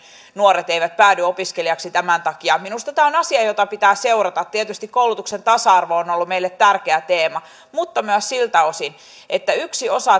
nuoret eivät päädy opiskelijoiksi tämän takia minusta tämä on asia jota pitää seurata tietysti koulutuksen tasa arvo on ollut meille tärkeä teema mutta myös siltä osin että yhden osan